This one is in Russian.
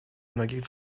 многих